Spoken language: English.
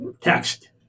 text